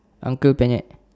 uncle penyet